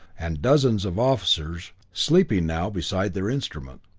and dozens of officers, sleeping now, beside their instruments.